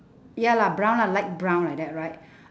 ya lah brown lah light brown like that right